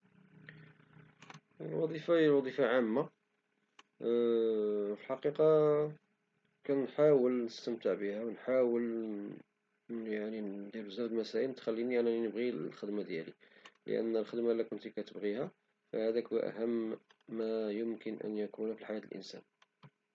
الوظيفة هي وظيفة عامة، في الحقيقة كنحاول نستمتع بها وكنحاول أنني ندير بزاف ديال المسائل تخليني نبغي الخدمة ديالي، فالخدمة إذا كنت كتبغيها فهداك هو أهم ما يمكن أن يكون في حياة الإنسان.